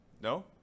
No